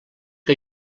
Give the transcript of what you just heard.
que